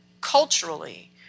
culturally